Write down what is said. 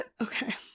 Okay